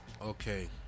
Okay